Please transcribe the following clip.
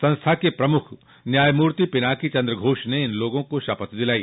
संस्था के प्रमुख न्यायमूर्ति पिनाकी चन्द्र घोष ने इन लोगों को शपथ दिलाई